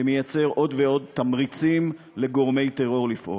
שמייצר עוד ועוד תמריצים לגורמי טרור לפעול.